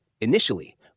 Initially